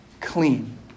clean